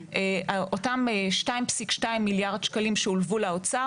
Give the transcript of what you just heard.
אותם 2.2 מיליארד שקלים שהולוו לאוצר